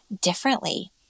differently